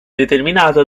determinato